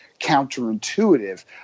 counterintuitive